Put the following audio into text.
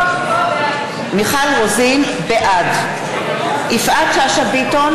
בעד יפעת שאשא ביטון,